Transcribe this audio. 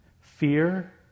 fear